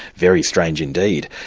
very strange indeed.